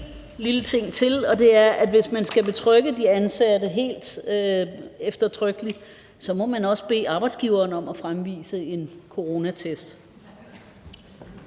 lille ting til, og det er, at hvis man skal betrygge de ansatte helt og eftertrykkeligt, må man også bede arbejdsgiveren om at fremvise en coronatest.